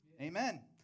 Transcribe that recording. Amen